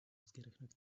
ausgerechnet